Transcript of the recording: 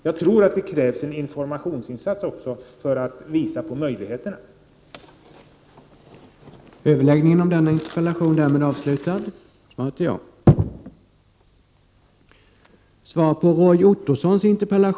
Det krävs också en informationsinsats för att visa vilka möjligheter som finns.